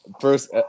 first